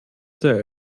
der